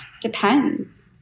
depends